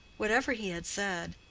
whatever he had said,